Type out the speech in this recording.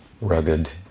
rugged